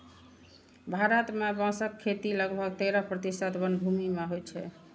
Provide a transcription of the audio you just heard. भारत मे बांसक खेती लगभग तेरह प्रतिशत वनभूमि मे होइ छै